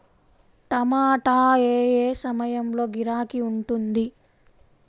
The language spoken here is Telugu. టమాటా ఏ ఏ సమయంలో గిరాకీ ఉంటుంది?